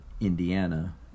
Indiana